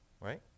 right